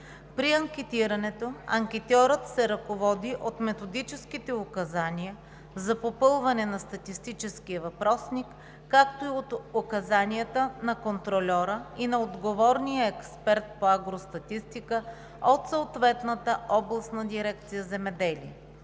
При анкетирането анкетьорът се ръководи от методическите указания за попълване на статистическия въпросник, както и от указанията на контрольора и на отговорния експерт по агростатистика от съответната областна дирекция „Земеделие“.